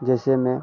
जैसे में